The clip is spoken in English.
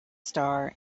star